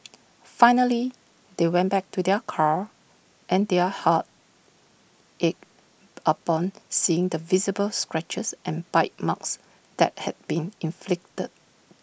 finally they went back to their car and their hearts ached upon seeing the visible scratches and bite marks that had been inflicted